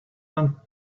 than